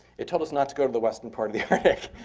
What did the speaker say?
it told us not to go to the western part of the arctic.